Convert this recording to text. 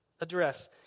address